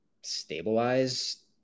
stabilize